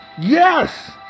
yes